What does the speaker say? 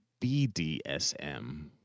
BDSM